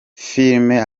filime